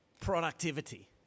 productivity